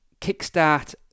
kickstart